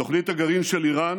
תוכנית הגרעין של איראן